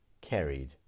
carried